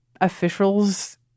officials